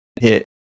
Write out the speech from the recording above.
hit